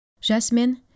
Jasmine